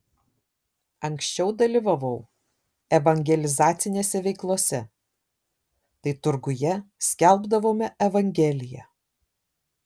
anksčiau dalyvavau evangelizacinėse veiklose tai turguje skelbdavome evangeliją